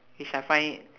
which I find it